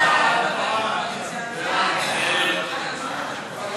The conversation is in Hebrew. מה קרה?